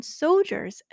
soldiers